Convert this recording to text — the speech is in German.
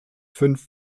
fünf